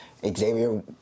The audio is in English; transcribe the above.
Xavier